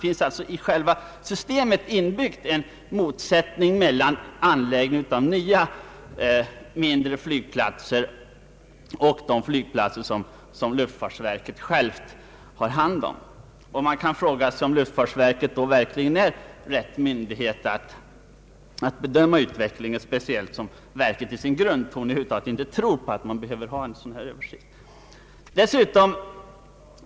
En motsättning i fråga om anläggning av flygplatser när det gäller nya mindre sådana och sådana som luftfartsverket självt har hand om. Man kan fråga om lutfartsverket då verkligen är rätt myndighet att bedöma utvecklingen, speciellt som verkets grundsyn är att någon översyn inte behövs.